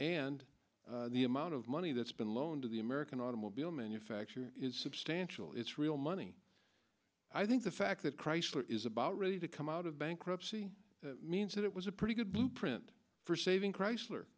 and the amount of money that's been loaned to the american automobile manufacturer is substantial it's real money i think the fact that chrysler is about ready to come out of bankruptcy means that it was a pretty good blueprint for saving chrysler